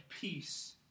peace